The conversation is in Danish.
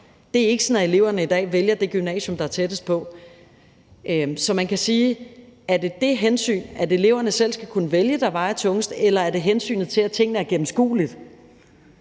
Det er ikke sådan, at eleverne i dag vælger det gymnasium, der er tættest på. Så man kan sige: Er det det hensyn, at eleverne selv skal kunne vælge, der vejer tungest, eller er det hensynet til, at tingene er gennemskuelige?